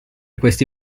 questi